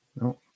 no